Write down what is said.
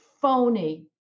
phony